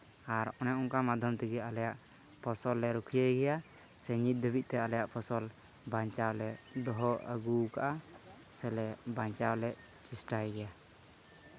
ᱟᱨ ᱚᱱᱮ ᱚᱱᱠᱟ ᱢᱟᱫᱫᱷᱚᱢ ᱛᱮᱜᱮ ᱟᱞᱮᱭᱟᱜ ᱯᱷᱚᱥᱚᱞ ᱞᱮ ᱨᱩᱠᱷᱤᱭᱟᱹᱭ ᱜᱮᱭᱟ ᱥᱮ ᱱᱤᱛ ᱫᱷᱟᱹᱵᱤᱡᱛᱮ ᱟᱞᱮᱭᱟᱜ ᱯᱷᱚᱥᱚᱞ ᱵᱟᱧᱟᱣᱞᱮ ᱫᱚᱦᱚ ᱟᱹᱜᱩ ᱟᱠᱟᱜᱼᱟ ᱥᱮᱞᱮ ᱵᱟᱧᱪᱟᱣᱞᱮ ᱪᱮᱥᱴᱟᱭ ᱜᱮᱭᱟ